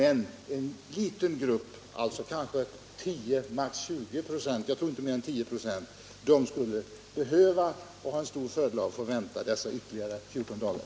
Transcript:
En liten grupp, 10 96 eller maximalt 20 96, skulle ha en stor fördel av att få vänta ytterligare 14 dagar.